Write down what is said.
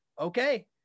okay